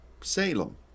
Salem